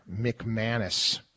McManus